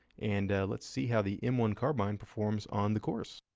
and let's see how the m one carbine performs on the course.